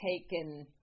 taken